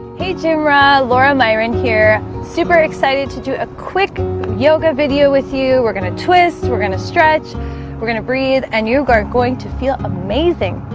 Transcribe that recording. hey gymra, laura, myren here super excited to do a quick yoga video with you we're gonna twist we're gonna stretch we're gonna breathe and you are going to feel amazing